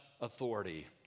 authority